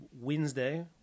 Wednesday